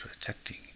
protecting